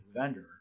vendor